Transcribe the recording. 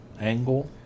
angle